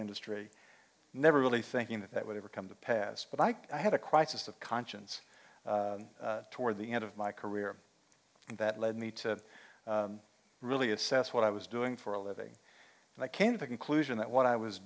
industry never really thinking that that would ever come to pass but i had a crisis of conscience toward the end of my career and that led me to really assess what i was doing for a living and i came to the conclusion that what i was